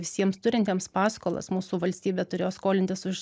visiems turintiems paskolas mūsų valstybė turėjo skolintis už